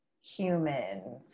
humans